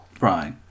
Right